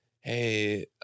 hey